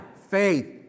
faith